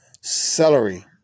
celery